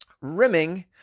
Rimming